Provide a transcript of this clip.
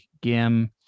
gim